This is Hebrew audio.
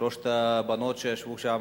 שלוש הבנות שישבו שם,